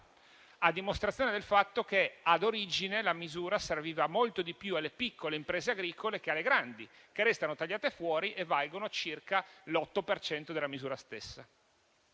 dimostra che in origine la misura serviva molto di più alle piccole imprese agricole che alle grandi, che restano tagliate fuori e valgono circa l'8 per cento della misura stessa.